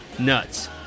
Nuts